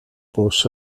bws